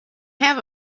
have